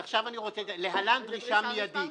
אתה מדבר על דרישה מידית,